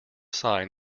sign